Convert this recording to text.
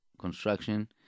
construction